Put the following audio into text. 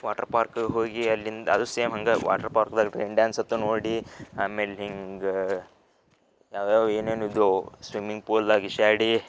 water park ಹೋಗಿ ಅಲ್ಲಿಂದ ಅದೂ ಸೇಮ್ ಹಂಗ ವಾಟ್ರ್ ಪಾರ್ಕ್ದಾಗ ರೈನ್ ಡಾನ್ಸ್ ಅತ್ತು ನೋಡಿ ಆಮೇಲೆ ಹಿಂಗೆ ಯಾವ್ಯಾವ ಏನೇನು ಇದ್ದೋ ಸ್ವಿಮಿಂಗ್ ಫೂಲ್ದಾಗ ಈಷ್ಯಾಡಿ